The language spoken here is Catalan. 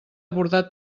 bordat